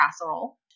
Casserole